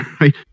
right